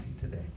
today